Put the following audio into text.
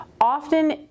Often